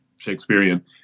Shakespearean